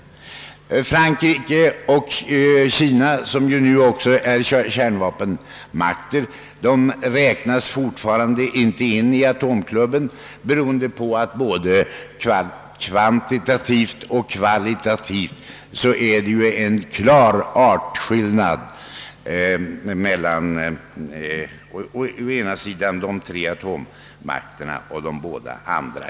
Frankrike och Kina, som ju nu också är kärnvapenmakter, anses ännu inte tillhöra atomklubben, eftersom det både kvantitativt och kvalitativt ändå är en artskillnad mellan å ena sidan de tre stora atommakterna och de båda andra.